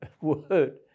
word